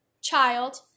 child